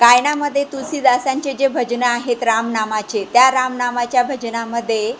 गायण्यामध्ये तुलसीदासांचे जे भजनं आहेत रामनामाचे त्या राम नामाच्या भजनामध्ये